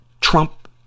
Trump